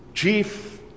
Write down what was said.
Chief